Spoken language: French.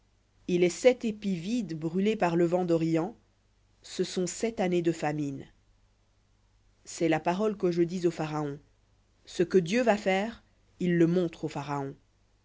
et les sept épis vides brûlés par le vent d'orient ce sont sept années de famine cest la parole que je dis au pharaon ce que dieu va faire il le montre au pharaon